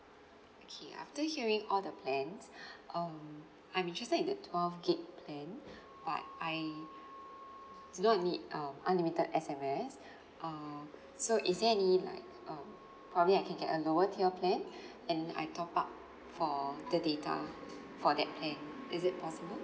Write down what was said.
okay after hearing all the plans um I'm interested in the twelve gig plan but I s~ no need um unlimited S_M_S err so is there any like um probably I can get a lower tier plan and I top up for the data for that plan is it possible